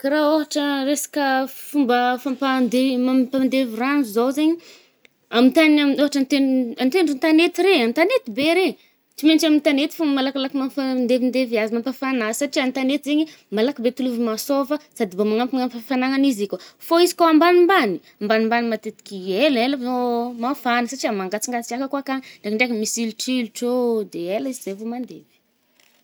Kà raha ôhatra resaka fomba fampande-mampandevy rano zao zaigny. Amy tagny amin'ny ,ôhatra an-tegn amy an- tendron-tanety regny-an-tanety be regny, tsy maitsy amy tanety fô malakilaky mafa-mandevindevy azy mampafana azy ,satrià an-tanety zaigny ih, malaky be tolovy masôva sady mbô magnampignampy afananan’izia kôa. Fô izy kô ambanimbany, ambanimbany matetiky ela, hela vô mafana, satrià mangatsingatsiàka kô akagny. De ndeha misy ilotrilotro ô ,de ela izy zay vô mandevy.